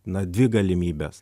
na dvi galimybės